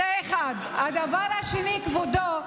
זה, 1. הדבר השני, כבודו,